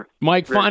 Mike